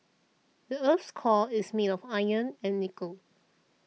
the earth's core is made of iron and nickel